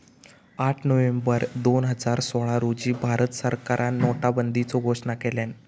आठ नोव्हेंबर दोन हजार सोळा रोजी भारत सरकारान नोटाबंदीचो घोषणा केल्यान